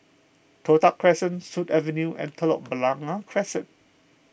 Toh Tuck Crescent Sut Avenue and Telok Blangah Crescent